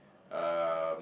um